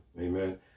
Amen